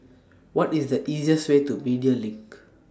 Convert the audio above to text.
What IS The easiest Way to Media LINK